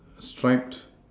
striped